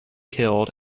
killed